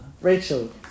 Rachel